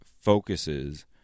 focuses